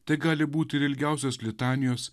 tai gali būti ir ilgiausios litanijos